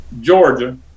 Georgia